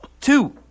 Two